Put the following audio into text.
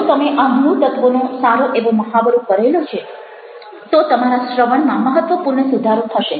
જો તમે આ મૂળતત્ત્વોનો સારો એવો મહાવરો કરેલો છે તો તમારા શ્રવણમાં મહત્ત્વપૂર્ણ સુધારો થશે